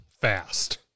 fast